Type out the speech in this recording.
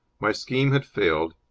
my scheme had failed,